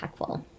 impactful